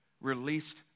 released